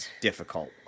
difficult